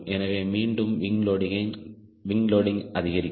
எனவே மீண்டும் wing loading அதிகரிக்கும்